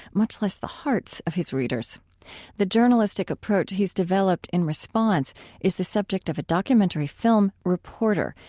much less the hearts, of his readers the journalistic approach he's developed in response is the subject of a documentary film, reporter,